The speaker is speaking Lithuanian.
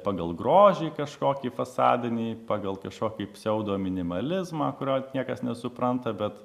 pagal grožį kažkokį fasadinį pagal kažkokį pseudominimalizmą kurio niekas nesupranta bet